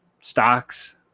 Stocks